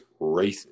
racist